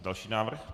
Další návrh.